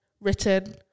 written